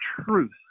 truth